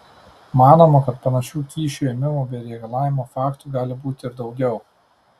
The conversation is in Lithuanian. manoma kad panašių kyšių ėmimo bei reikalavimo faktų gali būti ir daugiau